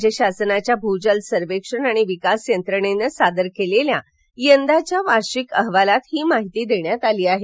राज्य शासनाच्या भूजल सर्वेक्षण आणि विकास यंत्रणेनं सादर केलेल्या यंदाच्या वार्षिक अहवालात ही माहीती देण्यात आली आहे